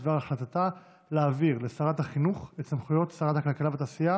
בדבר החלטתה להעביר לשרת החינוך את סמכויות שרת הכלכלה והתעשייה